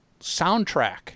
soundtrack